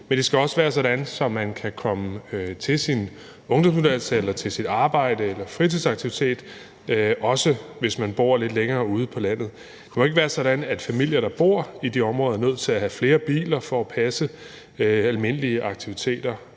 men det skal også være sådan, at man kan komme til sin ungdomsuddannelse, sit arbejde eller sin fritidsaktivitet, også hvis man bor lidt længere ude på landet. Det må ikke være sådan, at familier, der bor i de områder, er nødt til at have flere biler for at passe almindelige aktiviteter.